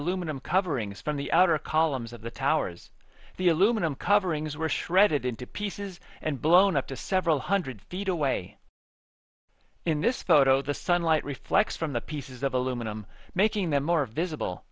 aluminum coverings from the outer columns of the towers the aluminum coverings were shredded into pieces and blown up to several hundred feet away in this photo the sunlight reflects from the pieces of aluminum making them more visible